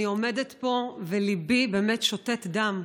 אני עומדת פה וליבי באמת שותת דם.